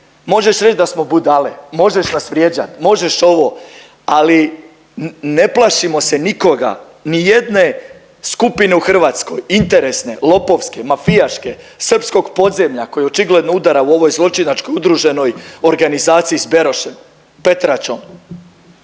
Možeš reći da smo budale, možeš nas vrijeđati, možeš ovo ali ne plašimo se nikoga, ni jedne skupine u Hrvatskoj interesne, lopovske, mafijaške, srpskog podzemlja koji očigledno udara u ovoj zločinačkoj udruženoj organizaciji s Berošem, Petračom,